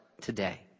today